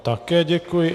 Také děkuji.